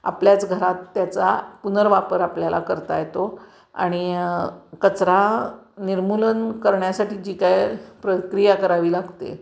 आपल्याच घरात त्याचा पुनर्वापर आपल्याला करता येतो आणि कचरा निर्मूलन करण्यासाठी जी काय प्रक्रिया करावी लागते